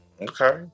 Okay